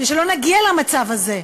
ושלא נגיע למצב הזה,